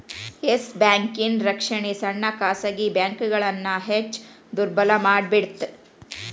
S ಬ್ಯಾಂಕಿನ್ ರಕ್ಷಣೆ ಸಣ್ಣ ಖಾಸಗಿ ಬ್ಯಾಂಕ್ಗಳನ್ನ ಹೆಚ್ ದುರ್ಬಲಮಾಡಿಬಿಡ್ತ್